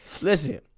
Listen